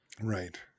Right